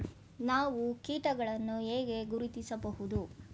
ನಾವು ಕೀಟಗಳನ್ನು ಹೇಗೆ ಗುರುತಿಸಬಹುದು?